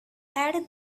add